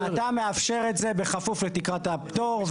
אתה מאפשר את זה בכפוף לתקרת הפטור,